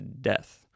death